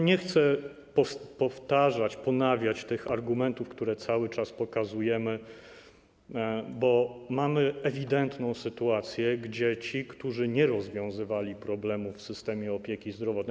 Nie chcę powtarzać, ponawiać tych argumentów, które cały czas pokazujemy, bo mamy ewidentną sytuację, że ci, którzy nie rozwiązywali problemów w systemie opieki zdrowotnej.